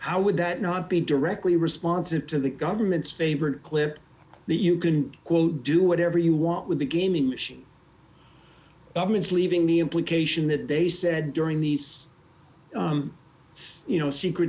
how would that not be directly responsive to the government's favorite clip that you can quote do whatever you want with the gaming machine governments leaving the implication that they said during these you know secret